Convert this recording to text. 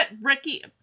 Ricky